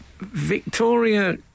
Victoria